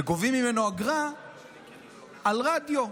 וגובים ממנו אגרה על רדיו.